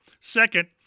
Second